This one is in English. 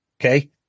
okay